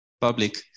public